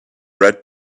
red